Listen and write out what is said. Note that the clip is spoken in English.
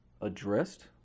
addressed